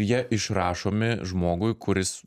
jie išrašomi žmogui kuris